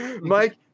Mike